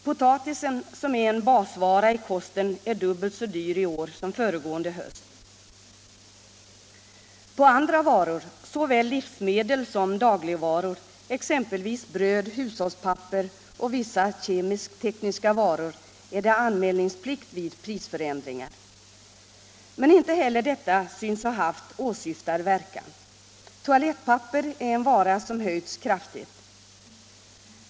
Potatisen, som är en basvara i kosten, är dubbelt så dyr i år som föregående höst. Beträffande andra varor, såväl livsmedel som dagligvaror, exempelvis bröd, hushållspapper och vissa kemisk-tekniska varor är det anmälningsplikt vid prisförändringar. Men inte heller detta synes ha haft åsyftad verkan. Toalettpapper är en vara som höjts kraftigt.